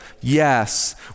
Yes